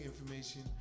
information